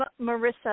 Marissa